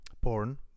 porn